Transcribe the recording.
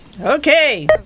Okay